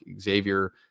Xavier